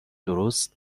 درست